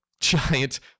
giant